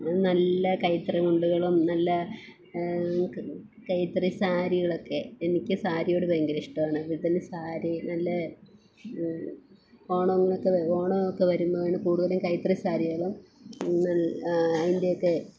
നല്ല കൈത്തറി മുണ്ടുകളും നല്ല കൈത്തറി സാരികളൊക്കെ എനിക്ക് സാരിയോട് ഭയങ്കര ഇഷ്ടമാണ് ഇതിന് സാരി നല്ല ഓണം എന്നൊക്കെ ഓണമോ ഒക്കെ വരുമ്പം ആണ് കൂടുതലും കൈത്തറി സാരികളും അതിന്റെ ഒക്കെ